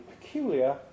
peculiar